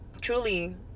truly